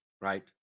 right